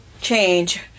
change